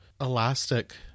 Elastic